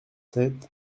sept